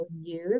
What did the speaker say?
use